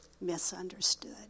misunderstood